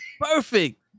Perfect